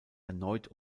erneut